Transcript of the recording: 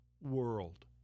world